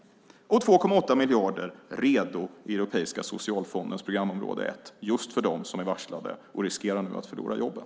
Dessutom har vi 2,8 miljarder redo i Europeiska socialfondens programområde 1 just för dem som är varslade och nu riskerar att förlora jobben.